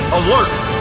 alert